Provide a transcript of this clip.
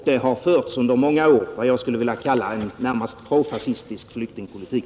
Det har förts under många år en vad jag skulle vilja kalla närmast profascistisk flyktingpolitik.